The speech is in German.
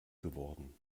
geworden